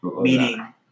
meaning